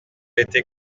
été